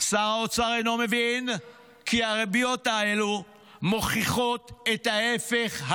שר האוצר אינו מבין כי הריביות האלה מוכיחות את ההפך.